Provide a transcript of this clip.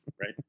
right